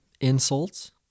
insults